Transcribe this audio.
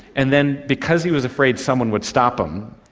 and then because he was afraid someone would stop him,